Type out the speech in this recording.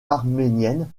arméniennes